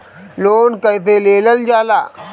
Loan कईसे लेल जाला?